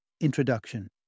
Introduction